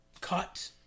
cut